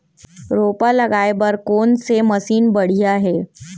रोपा लगाए बर कोन से मशीन बढ़िया हे?